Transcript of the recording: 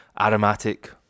aromatic